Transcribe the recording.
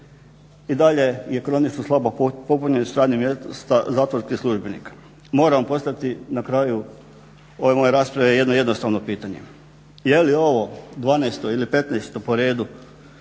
I dalje je kronično slaba popunjenost radnih mjesta zatvorskih službenika. Moram postaviti na kraju ove moje rasprave jedno jednostavno pitanje, je li ovo 12. ili 15. po redu